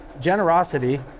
Generosity